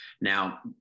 now